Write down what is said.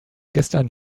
gestern